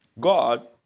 God